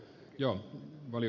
jo oli